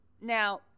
Now